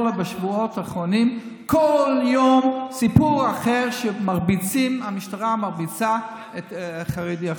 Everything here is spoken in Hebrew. כל יום רואים מצב חדש ששוטר מכה חרדי?